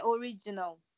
original